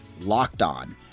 LOCKEDON